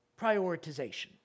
prioritization